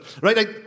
Right